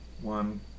One